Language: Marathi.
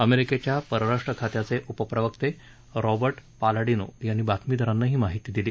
अमेरिकेच्या परराष्ट्र खात्याचे उपप्रवक्ते रॉबर्ट पालाडिनो यांनी बातमीदारांना ही माहिती दिली